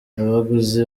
abaguzi